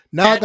Now